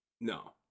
No